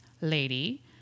lady